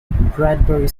bradbury